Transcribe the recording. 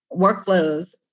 workflows